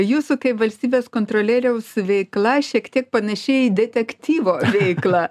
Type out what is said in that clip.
jūsų kaip valstybės kontrolieriaus veikla šiek tiek panaši į detektyvo veiklą